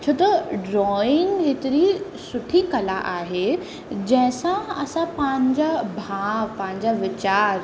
छो त ड्रॉइंग हेतिरी सुठी कला आहे जंहिंसां असां पंहिंजा भाव पंहिंजा वीचार